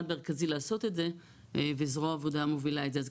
מרכזי לעשות את זה וזרוע העבודה מובילה את זה.